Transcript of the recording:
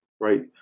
Right